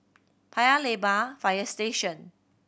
Paya Lebar Fire Station